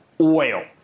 Oil